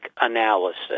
analysis